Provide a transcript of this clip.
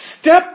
step